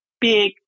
big